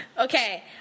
Okay